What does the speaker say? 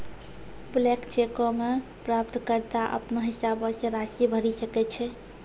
blank चेको मे प्राप्तकर्ता अपनो हिसाबो से राशि भरि सकै छै